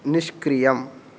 निष्क्रियम्